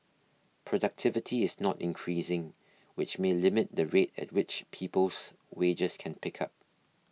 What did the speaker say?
productivity is not increasing which me limit the rate at which people's wages can pick up